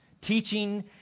teaching